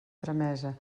tramesa